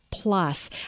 Plus